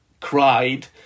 cried